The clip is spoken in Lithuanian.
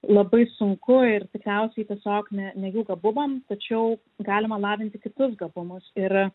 labai sunku ir tikriausiai tiesiog ne ne jų gabumam tačiau galima lavinti kitus gabumus ir